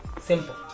simple